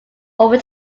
over